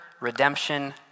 redemption